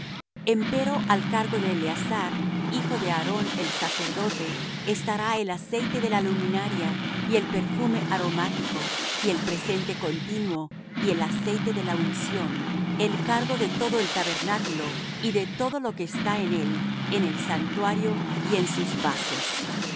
testimonio empero al cargo de eleazar hijo de aarón el sacerdote estará el aceite de la luminaria y el perfume aromático y el presente continuo y el aceite de la unción el cargo de todo el tabernáculo y de todo lo que está en él en el santuario y en sus vasos